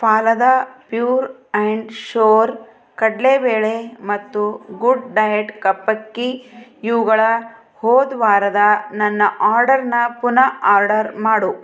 Phalada pure and sure ಕಡಲೆ ಬೇಳೆ ಮತ್ತು ಗುಡ್ ಡಯೆಟ್ ಕಪ್ಪಕ್ಕಿ ಇವುಗಳ ಹೋದ ವಾರದ ನನ್ನ ಆರ್ಡರ್ನ ಪುನಃ ಆರ್ಡರ್ ಮಾಡು